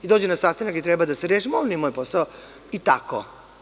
Dođe na sastanak gde treba da se reši – ma, ovo nije moj posao, i tako.